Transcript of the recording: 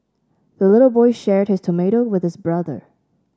the little boy shared his tomato with his brother